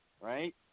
right